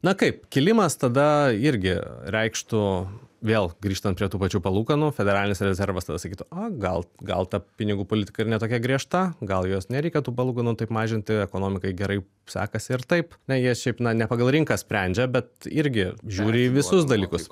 na kaip kilimas tada irgi reikštų vėl grįžtant prie tų pačių palūkanų federalinis rezervas tada sakytų a gal gal ta pinigų politika ir ne tokia griežta gal jos nereikia tų palūkanų taip mažinti ekonomikai gerai sekasi ir taip jie šiaip na ne pagal rinką sprendžia bet irgi žiūri į visus dalykus